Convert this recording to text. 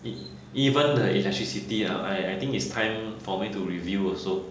eh even the electricity uh I I think it's time for me to review also